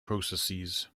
processes